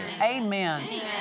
Amen